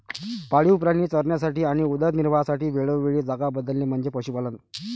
पाळीव प्राणी चरण्यासाठी आणि उदरनिर्वाहासाठी वेळोवेळी जागा बदलणे म्हणजे पशुपालन